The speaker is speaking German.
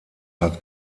hat